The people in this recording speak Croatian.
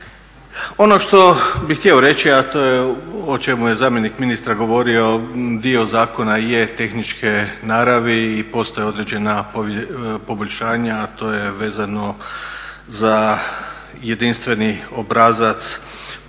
Ono što bih htio reći, a to je o čemu je zamjenik ministra govorio, dio zakona je tehničke naravi i postoje određena poboljšanja, a to je vezano za jedinstveni obrazac poreza,